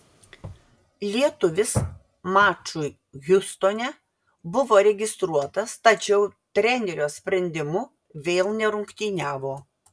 lietuvis mačui hjustone buvo registruotas tačiau trenerio sprendimu vėl nerungtyniavo